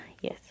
yes